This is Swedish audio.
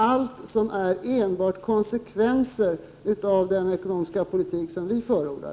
Allt det är konsekvenser av den ekonomiska politik som vi förordar.